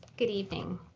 good evening.